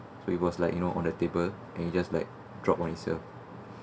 so it was like you know on the table and it's just like drop on itself